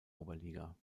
oberliga